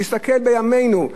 נסתכל בימינו.